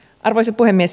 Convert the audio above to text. arvoisa puhemies